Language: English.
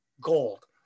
gold